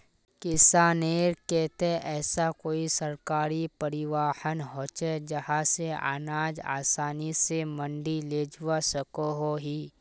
किसानेर केते ऐसा कोई सरकारी परिवहन होचे जहा से अनाज आसानी से मंडी लेजवा सकोहो ही?